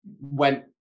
went